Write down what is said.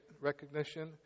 recognition